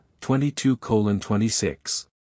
22-26